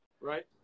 right